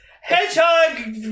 hedgehog